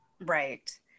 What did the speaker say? Right